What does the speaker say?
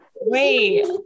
wait